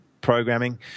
programming